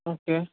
okay